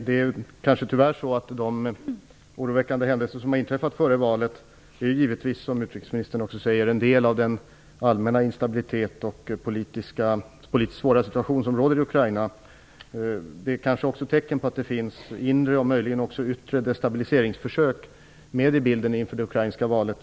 Fru talman! De oroväckande händelser som har inträffat före valet är givetvis, som utrikesministern också säger, en del av den allmänna instabilitet och politiskt svåra situation som råder i Ukraina. Det är kanske också tecken på att det finns inre och möjligen också yttre destabiliseringsförsök med i bilden inför det ukrainska valet.